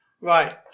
Right